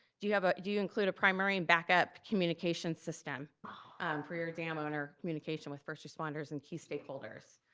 do you but do you include a primary and backup communication system for your dam owner communication with first responders and key stakeholders?